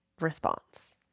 response